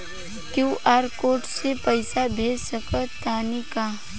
QR code से पईसा भेज सक तानी का?